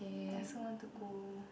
I also want to go